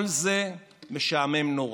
כל זה משעמם נורא.